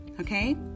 okay